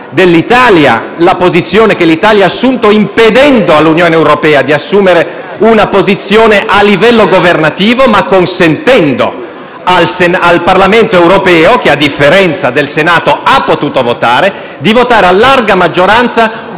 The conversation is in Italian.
dell'Italia, la posizione che l'Italia stessa ha assunto, impedendo all'Unione europea di assumere una posizione a livello governativo, ma consentendo al Parlamento europeo, che a differenza del Senato ha potuto votare, di votare a larga maggioranza